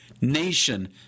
nation